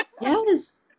yes